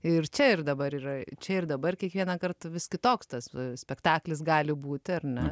ir čia ir dabar yra čia ir dabar kiekvienąkart vis kitoks tas spektaklis gali būti ar ne